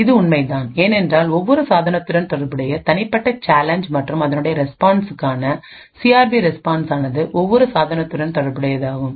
இது உண்மைதான் ஏனென்றால் ஒவ்வொரு சாதனத்துடன் தொடர்புடைய தனிப்பட்ட சேலஞ்ச் மற்றும் அதனுடைய ரெஸ்பான்சுக்கான சி ஆர் பிரெஸ்பான்ஸ் ஆனது ஒவ்வொரு சாதனத்துடன் தொடர்புடையதாகும்